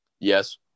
yes